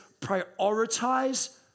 Prioritize